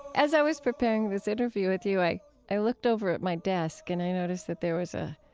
as i was preparing this interview with you, i i looked over at my desk and i noticed that there was, ah